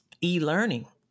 e-learning